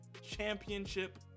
championship